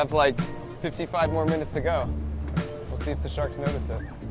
um like fifty five more minutes to go we'll see if the sharks notice there